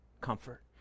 comfort